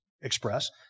express